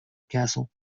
castle